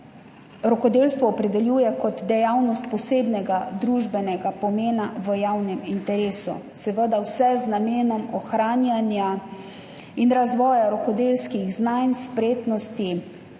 rokodelstvo opredeljuje kot dejavnost posebnega družbenega pomena v javnem interesu, seveda vse z namenom ohranjanja in razvoja rokodelskih znanj, spretnosti,